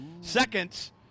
seconds